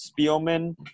Spielman